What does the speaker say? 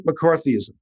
McCarthyism